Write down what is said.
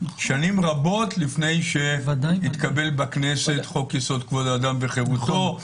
שנים רבות לפני שהתקבל בכנסת חוק-יסוד: כבוד האדם וחירותו.